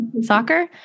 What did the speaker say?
soccer